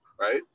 right